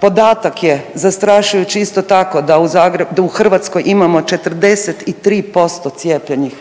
Podatak je zastrašujući isto tako da u Zagrebu, da u Hrvatskoj imamo 43% cijepljenih,